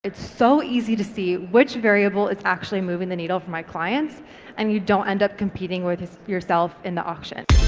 it's so easy to see which variable is actually moving the needle for my clients and you don't end up competing with yourself in the auction.